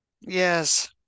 Yes